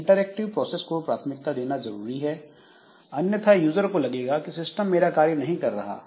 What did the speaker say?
interactive process को प्राथमिकता देना जरूरी है अन्यथा यूजर को लगेगा कि सिस्टम मेरा कार्य नहीं कर रहा है